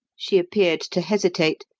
she appeared to hesitate,